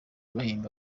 bahinga